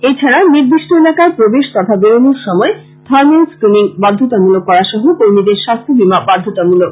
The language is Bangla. এছাড়া নির্দিষ্ট এলাকায় প্রবেশ তথা বেরোনোর সময় থার্মেল ক্রিনিং বাধ্যতামূলক করা সহ কর্মীদের স্বাস্থ্য বীমা বাধ্যতামূলক